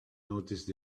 noticed